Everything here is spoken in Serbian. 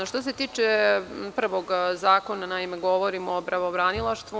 Što se tiče prvog zakona, govorim o pravobranilaštvu.